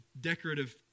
decorative